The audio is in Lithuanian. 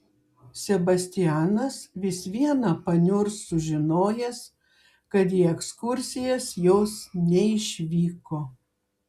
sebastianas vis viena paniurs sužinojęs kad į ekskursijas jos neišvyko